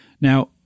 Now